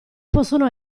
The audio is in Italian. possono